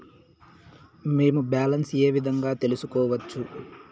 మేము బ్యాలెన్స్ ఏ విధంగా తెలుసుకోవచ్చు?